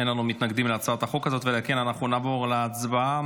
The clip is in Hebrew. אין מתנגדים להצעת החוק הזאת, ולכן נעבור להצבעה.